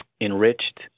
enriched